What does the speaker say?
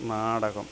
നാടകം